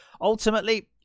ultimately